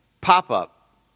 pop-up